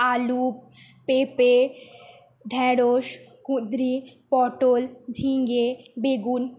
আলু পেঁপে ঢ্যাঁড়শ কুঁদ্রি পটল ঝিঙ্গে বেগুন